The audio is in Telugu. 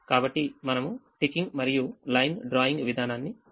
కాబట్టి మనము టికింగ్ మరియు లైన్ డ్రాయింగ్ విధానాన్ని చేస్తాము